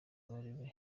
kabarebe